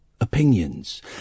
opinions